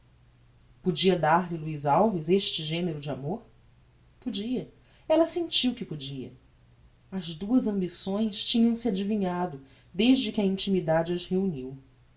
podia dar-lhe luiz alves este genero de amor podia ella sentiu que podia as duas ambições tinham-se adivinhado desde que a intimidade as reuniu